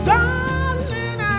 Darling